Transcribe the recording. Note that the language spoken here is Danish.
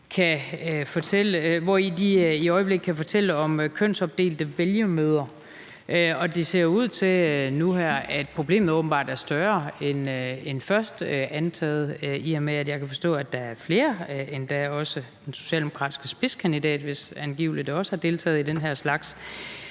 hvori de kan fortælle om kønsopdelte vælgermøder. Det ser ud til nu her, at problemet åbenbart er større end først antaget, i og med at jeg kan forstå, at der er flere, endda også den socialdemokratiske spidskandidat, som angiveligt har deltaget i den her slags